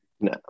No